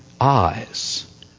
eyes